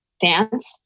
dance